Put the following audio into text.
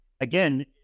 again